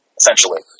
essentially